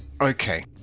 Okay